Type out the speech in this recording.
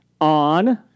on